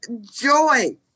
joy